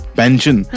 pension